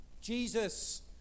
Jesus